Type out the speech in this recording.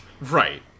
Right